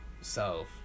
self